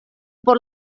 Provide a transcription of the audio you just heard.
por